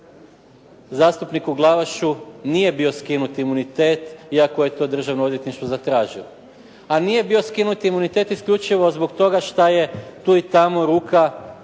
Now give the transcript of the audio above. zastupniku Glavašu nije bio skinut imunitet iako je to Državno odvjetništvo zatražilo a nije bio skinut imunitet isključivo zbog toga što je tu i tamo ruka